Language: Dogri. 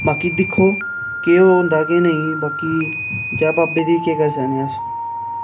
बाकी दिक्खो केह् होंदा केह् नेईं बाकी जै बाबै दी केह् करी सकने आं अस